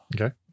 Okay